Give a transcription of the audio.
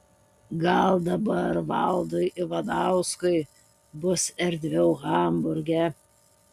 gal dabar valdui ivanauskui bus erdviau hamburge